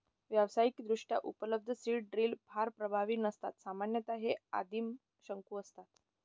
व्यावसायिकदृष्ट्या उपलब्ध seed drill फार प्रभावी नसतात सामान्यतः हे आदिम शंकू असतात